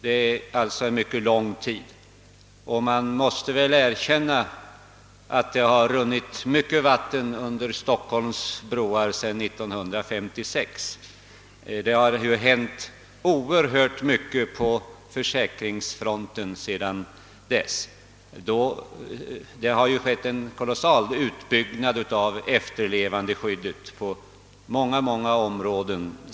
Det är en lång tid — det har runnit mycket vatten under Stockholms broar sedan 1956. En mängd saker har hänt på försäkringsfronten under denna tid, och det har skett en kraftig utbyggnad av efterlevandeskyddet på många områden.